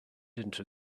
into